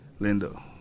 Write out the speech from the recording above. Lindo